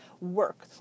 work